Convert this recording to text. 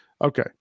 Okay